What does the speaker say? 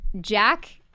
Jack